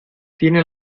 tiene